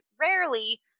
rarely